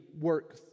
work